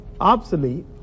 obsolete